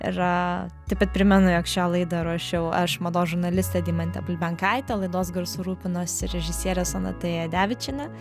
ir taip pat primenu jog šią laidą ruošiau aš mados žurnalistė deimantė bulbenkaitė laidos garsu rūpinosi režisierė sonata jadevičienė